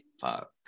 fuck